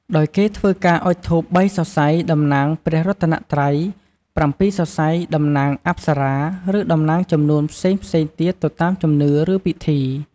ដោយគេធ្វើការអុជធូប ៣ សរសៃតំណាងព្រះរតនត្រ័យ ៧ សរសៃតំណាងអប្សរា ឬតំណាងចំនួនផ្សេងៗទៀតទៅតាមជំនឿ ឬពិធី។